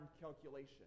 calculation